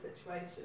situation